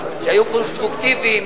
שהיו קונסטרוקטיביים,